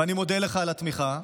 ואני מודה לך על התמיכה.